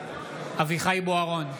אביחי אברהם בוארון,